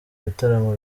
bitaramo